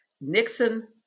Nixon